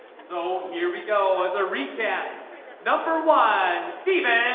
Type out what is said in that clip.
so here we go as a recap number one steven